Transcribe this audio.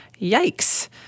Yikes